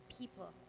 people